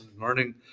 learning